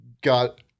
got